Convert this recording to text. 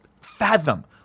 fathom